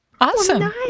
Awesome